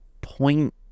point